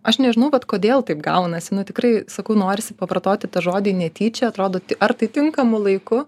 aš nežinau vat kodėl taip gaunasi nu tikrai sakau norisi pavartoti tą žodį netyčia atrodo ar tai tinkamu laiku